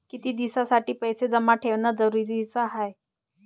कितीक दिसासाठी पैसे जमा ठेवणं जरुरीच हाय?